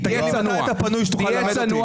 תגיד לי מתי אתה פנוי כדי ללמד אותי.